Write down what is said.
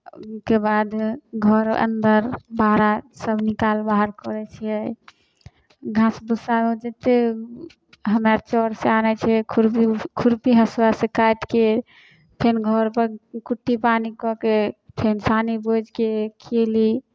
ओहिके बाद घर अन्दर बाहर सभ निकाल बाहर करै छियै घास भुस्सा जतेक हमरा चरसँ आनै छै खुरपी उरपी खुरपी हँसुआसँ काटि कऽ फेन घरपर कुट्टी पानि कऽ के फेन सानी बोझि कऽ खिअयली